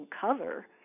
cover